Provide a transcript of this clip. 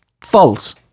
False